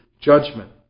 judgment